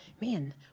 man